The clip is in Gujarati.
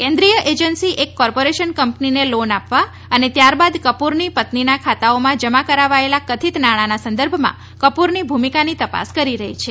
કેન્દ્રીય એજન્સી એક કોર્પોરેશન કંપનીને લોન આપવા અને ત્યારબાદ કપૂરની પત્નીના ખાતાઓમાં જમા કરાવાયેલા કથિત નાણાંના સંદર્ભમાં કપૂરની ભૂમિકાની તપાસ કરી રહી છે